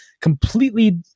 completely